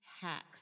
hacks